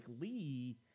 Lee